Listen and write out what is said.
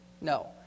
No